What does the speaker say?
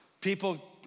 people